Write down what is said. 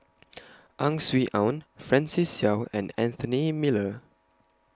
Ang Swee Aun Francis Seow and Anthony Miller